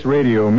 Radio